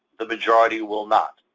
the majority will not.